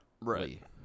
right